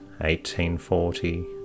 1840